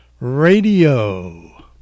radio